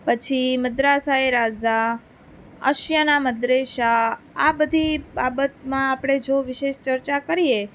પછી મદ્રાસાએ રાઝા અશ્યાના મદ્રેસા આ બધી બાબતમાં આપણે જો વીશેષ ચર્ચા કરીએ